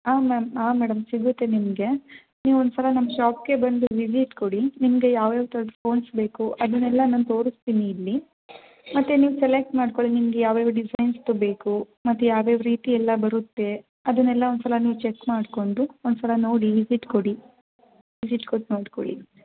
ಹಾಂ ಮ್ಯಾಮ್ ಹಾಂ ಮೇಡಮ್ ಸಿಗುತ್ತೆ ನಿಮಗೆ ನೀವು ಒಂದು ಸಲ ನಮ್ಮ ಶಾಪ್ಗೆ ಬಂದು ವಿಸಿಟ್ ಕೊಡಿ ನಿಮಗೆ ಯಾವ ಯಾವ ಥರದ ಫೋನ್ಸ್ ಬೇಕು ಅದನ್ನೆಲ್ಲ ನಾನು ತೋರಿಸ್ತೀನಿ ಇಲ್ಲಿ ಮತ್ತು ನೀವು ಸೆಲೆಕ್ಟ್ ಮಾಡ್ಕೊಳ್ಳಿ ನಿಮಗೆ ಯಾವ ಯಾವ ಡಿಸೈನ್ಸ್ದು ಬೇಕು ಮತ್ತು ಯಾವ ಯಾವ ರೀತಿ ಎಲ್ಲ ಬರುತ್ತೆ ಅದನ್ನೆಲ್ಲ ಒಂದು ಸಲ ನೀವು ಚೆಕ್ ಮಾಡಿಕೊಂಡು ಒಂದು ಸಲ ನೋಡಿ ವಿಸಿಟ್ ಕೊಡಿ ವಿಸಿಟ್ ಕೊಟ್ಟು ನೋಡ್ಕೊಳ್ಳಿ